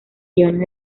guiones